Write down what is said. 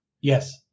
Yes